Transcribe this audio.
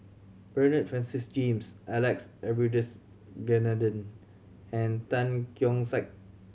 Bernard Francis James Alex Abisheganaden and Tan Keong Saik